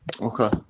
Okay